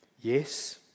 Yes